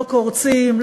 לא קורצים,